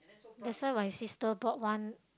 that's why my sister bought one